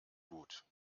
gut